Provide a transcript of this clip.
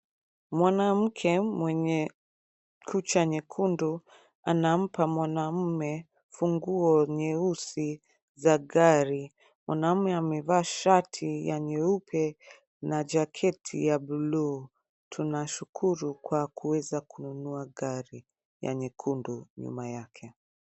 Mwanamke mwenye kucha nyekundu anampa mwanaume funguo nyeusi za gari. Mwanaume amevaa shati ya nyeupe na jaketi ya buluu. Tunashukuru kwa kuweza kununua gari ya nyekundu nyuma yake.